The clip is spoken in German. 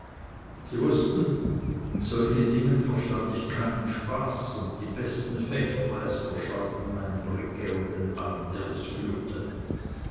sie wußten in solchen dingen verstund ich keinen spaß und die besten fechtmeister scheuten mein briquet und den arm der es führte